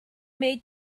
maid